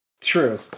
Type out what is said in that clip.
true